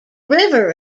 river